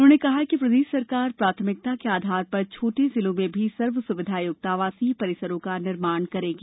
उन्होंने कहा कि प्रदेश सरकार प्राथमिकता के आधार पर छोटे जिलों में भी सर्वसुविधायुक्त आवासीय परिसरों का निर्माण करेगी